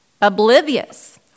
oblivious